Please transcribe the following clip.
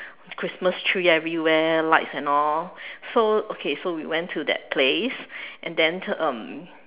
Christmas tree everywhere lights and all so okay so we went to that place and then um